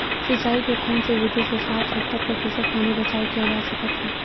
सिंचाई के कोन से विधि से साठ सत्तर प्रतिशत पानी बचाव किया जा सकत हे?